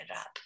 up